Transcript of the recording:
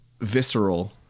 visceral